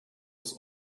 was